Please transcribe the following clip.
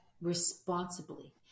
responsibly